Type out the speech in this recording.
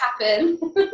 happen